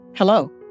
Hello